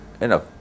enough